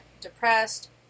depressed